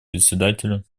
председателю